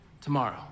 tomorrow